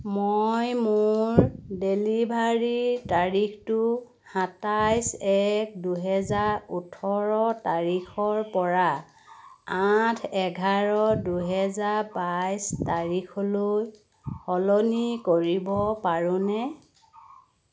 মই মোৰ ডেলিভাৰীৰ তাৰিখটো সাতাইছ এক দুহেজাৰ ওঠৰ তাৰিখৰ পৰা আঠ এঘাৰ দুহেজাৰ বাইছ তাৰিখলৈ সলনি কৰিব পাৰোনে